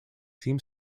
team